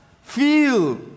feel